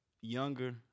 younger